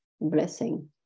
blessing